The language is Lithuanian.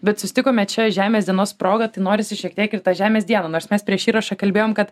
bet susitikome čia žemės dienos proga tai norisi šiek tiek ir tą žemės dieną nors mes prieš įrašą kalbėjom kad